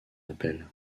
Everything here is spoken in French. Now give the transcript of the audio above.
appel